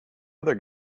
other